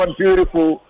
beautiful